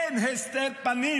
אין הסתר פנים